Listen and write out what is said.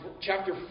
chapter